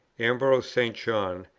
ambrose st. john,